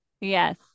yes